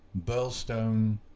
Burlstone